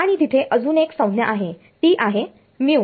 आणि तिथे अजुन एक संज्ञा आहे ती आहे μ